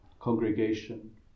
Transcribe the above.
congregation